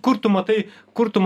kur tu matai kurtum